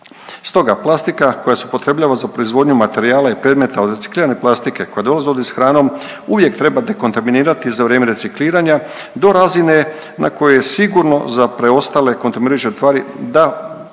Stoga plastika koja se upotrebljava za proizvodnju materijala i predmeta od reciklirane plastike koja dolaze u dodir s hranom, uvijek treba dekontaminirati za vrijeme recikliranja do razine na kojoj je sigurno za preostale kontaminirajuće tvari da te